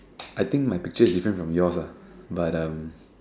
I think my picture is different from yours ah but um